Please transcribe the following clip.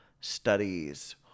studies